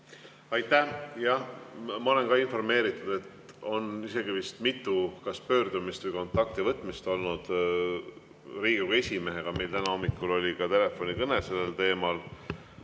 Aitäh! Jah, ma olen ka informeeritud, et on isegi vist mitu pöördumist või kontaktivõtmist olnud. Riigikogu esimehega oli meil täna hommikul ka telefonikõne sellel teemal.